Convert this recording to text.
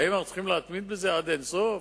האם אנחנו צריכים להתמיד בזה עד אין-סוף?